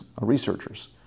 researchers